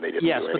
Yes